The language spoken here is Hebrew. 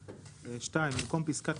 תיקנו.